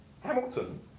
Hamilton